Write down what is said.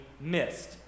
missed